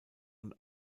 und